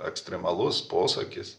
ekstremalus posakis